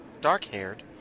dark-haired